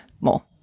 more